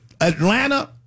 Atlanta